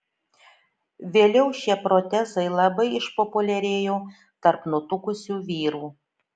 vėliau šie protezai labai išpopuliarėjo tarp nutukusių vyrų